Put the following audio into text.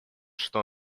что